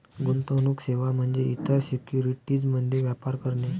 गुंतवणूक सेवा म्हणजे इतर सिक्युरिटीज मध्ये व्यापार करणे